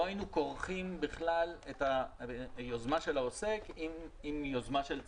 לא היינו כורכים בכלל את היוזמה של העוסק עם היוזמה של הצרכן.